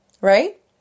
Right